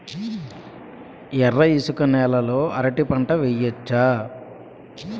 ఎర్ర ఇసుక నేల లో అరటి పంట వెయ్యచ్చా?